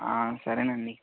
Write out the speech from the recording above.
సరేనండి